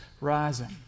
rising